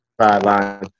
sideline